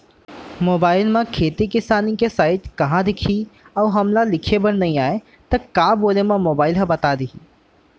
Mobile म खेती किसानी के साइट कहाँ दिखही अऊ हमला लिखेबर नई आय त का बोले म मोबाइल ह बता दिही?